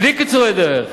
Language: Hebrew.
בלי קיצורי דרך.